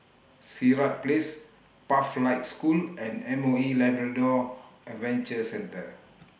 Sirat Place Pathlight School and M O E Labrador Adventure Centre